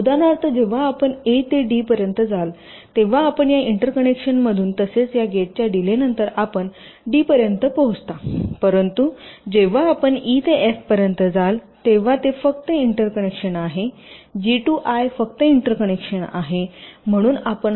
उदाहरणार्थ जेव्हा आपण ए ते डी पर्यंत जाल तेव्हा आपण या इंटरकनेक्शनमधून तसेच या गेटच्या डीलेनंतर आपण डी पर्यंत पोहोचता परंतु जेव्हा आपण ई ते एफ पर्यंत जाल तेव्हा ते फक्त इंटरकनेक्शन आहे जी टू आय फक्त इंटरकनेक्शन आहे